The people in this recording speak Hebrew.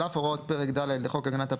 על אף הוראות פרק ד' לחוק הגנת הפרטיות,